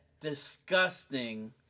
disgusting